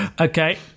Okay